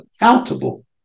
accountable